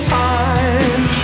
time